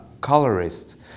colorist